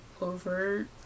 over